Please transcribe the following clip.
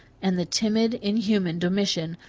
and the timid, inhuman domitian,